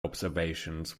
observations